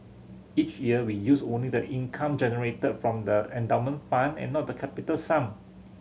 each year we use only the income generated from the endowment fund and not the capital sum